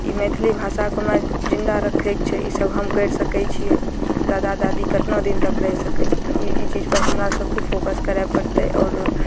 ई मैथिली भाषाके हमरा जिन्दा रखयके छै ई सब हम करि सकय छियै दादा दादी केतना दिन तक रही सकय छथिन ई चीजपर हमरा सबके फोकस करय पड़तय आओर